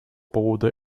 поводу